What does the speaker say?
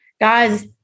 guys